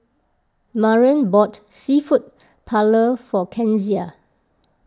Maren bought Seafood Paella for Kenzie